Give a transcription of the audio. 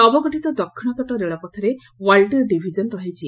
ନବଗଠିତ ଦକ୍ଷିଶତଟ ରେଳପଥରେ ଓ୍ୱାଲଟିୟର ଡିଭିଜନ ରହିଛି